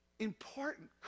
important